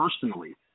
personally